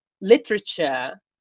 literature